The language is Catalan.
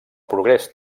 progrés